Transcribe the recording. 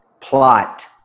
plot